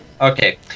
Okay